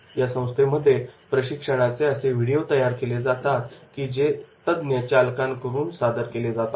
या संस्थेमध्ये प्रशिक्षणाचे असे व्हिडिओ तयार केले जातात की जे तज्ञ चालकांकडून सादर केले जातात